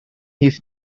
his